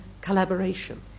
collaboration